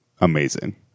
amazing